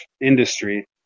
industry